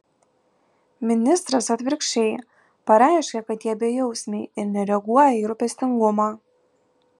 ministras atvirkščiai pareiškia kad jie bejausmiai ir nereaguoja į rūpestingumą